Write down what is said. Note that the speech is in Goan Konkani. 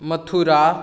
मथुरा